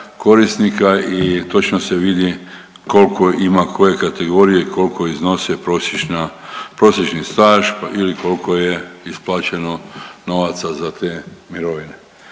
korisnika i točno se vidi kolko ima koje kategorije i kolko iznose prosječna, prosječni staž ili kolko je isplaćeno novaca za te mirovine.